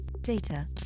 data